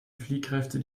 fliehkräfte